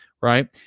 right